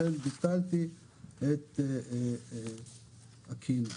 לכן ביטלתי את הקינו.